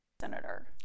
Senator